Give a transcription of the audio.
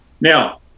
Now